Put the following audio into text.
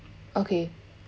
okay